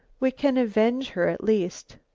we can avenge her at least.